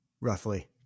roughly